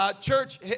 church